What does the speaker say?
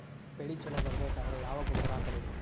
ಬೆಳಿ ಛಲೋ ಬರಬೇಕಾದರ ಯಾವ ಗೊಬ್ಬರ ಹಾಕಬೇಕು?